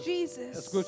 Jesus